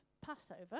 Passover